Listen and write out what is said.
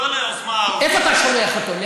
לאיפה אתה שולח אותו?